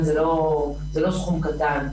זה לא מספר קטן.